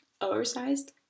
Oversized